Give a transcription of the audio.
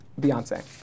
Beyonce